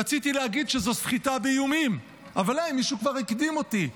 רציתי להגיד שזו סחיטה באיומים אבל מישהו כבר הקדים אותי,